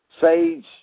Sage